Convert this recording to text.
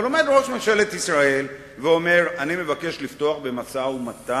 אבל עומד ראש ממשלת ישראל ואומר: אני מבקש לפתוח במשא-ומתן,